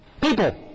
people